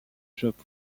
japon